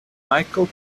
michael